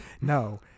No